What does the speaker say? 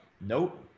Nope